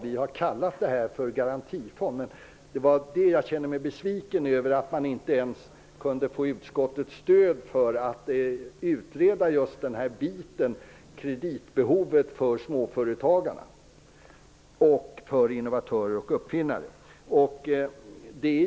Vi har kallat det garantifond. Jag var besviken över att man inte kunde få utskottets stöd för att utreda kreditbehovet hos småföretagare, innovatörer och uppfinnare.